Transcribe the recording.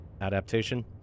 adaptation